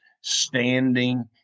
standing